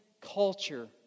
culture